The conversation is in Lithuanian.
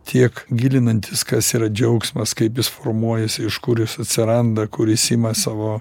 tiek gilinantis kas yra džiaugsmas kaip jis formuojasi iš kuris jis atsiranda kuris ima savo